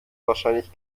wahrscheinlich